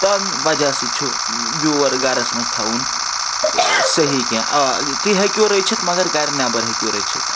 تَمہِ وجہ سۭتۍ چھُ بیور گَرَس منٛز تھَاوُن صحیح کیٚنٛہہ آ تُہۍ ہیٚکِو رٔچھِتھ مگر گَرِ نٮ۪بر ہیٚکِو رٔچھِتھ